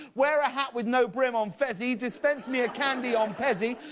wear a hat with no brim um fezzy. dispense me a candy on pezzy.